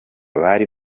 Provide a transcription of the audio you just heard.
bari